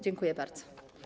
Dziękuję bardzo.